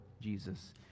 Jesus